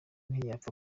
ntiyapfa